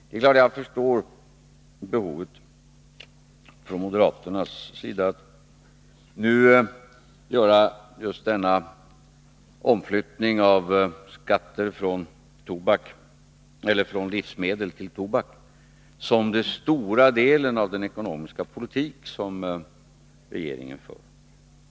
Det är klart att jag förstår behovet från moderaternas sida att nu göra denna omflyttning av skatter från livsmedel till politiska åtgärder tobak till en stor del av den ekonomiska politik som regeringen för.